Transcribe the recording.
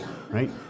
Right